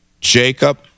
Jacob